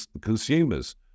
consumers